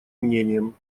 мнением